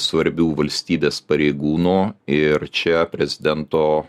svarbių valstybės pareigūnų ir čia prezidento